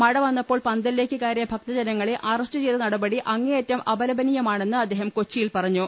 മഴ വന്നപ്പോൾ പന്തലിലേക്ക് കയറിയ ഭക്ത ജനങ്ങളെ അറസ്റ്റു ചെയ്ത നടപടി അങ്ങേയറ്റം അപലപനീയമാ ണെന്ന് അദ്ദേഹം കൊച്ചിയിൽ പറഞ്ഞു